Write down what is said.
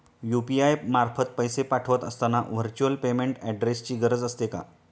UPI मार्फत पैसे पाठवत असताना व्हर्च्युअल पेमेंट ऍड्रेसची गरज असते का?